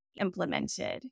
implemented